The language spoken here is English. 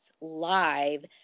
live